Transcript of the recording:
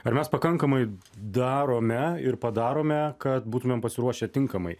ar mes pakankamai darome ir padarome kad būtumėm pasiruošę tinkamai